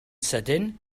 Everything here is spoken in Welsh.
sydyn